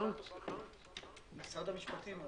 משרד המשפטים.